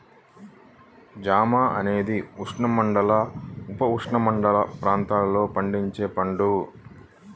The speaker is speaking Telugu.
జామ అనేది ఉష్ణమండల, ఉపఉష్ణమండల ప్రాంతాలలో పండించే పండు